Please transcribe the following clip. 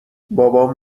بابام